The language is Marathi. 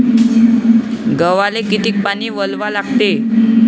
गव्हाले किती पानी वलवा लागते?